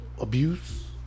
abuse